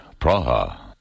Praha